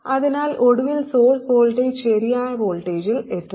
അതിനാൽ ഒടുവിൽ source voltage ശരിയായ വോൾട്ടേജിൽ എത്തുന്നു